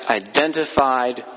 identified